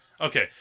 Okay